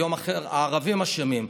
ויום אחר הערבים אשמים,